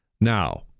Now